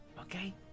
okay